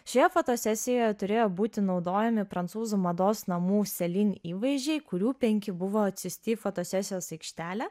šioje fotosesijoje turėjo būti naudojami prancūzų mados namų selin įvaizdžiai kurių penki buvo atsiųsti į fotosesijos aikštelę